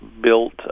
built